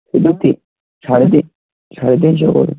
দুটি সাড়ে তিন সাড়ে তিনশো করুন